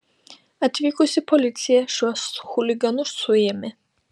atvykusi policija šiuos chuliganus suėmė